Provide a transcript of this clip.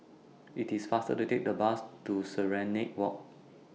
IT IS faster to Take The Bus to Serenade Walk